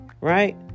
Right